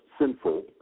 sinful